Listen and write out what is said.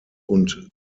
und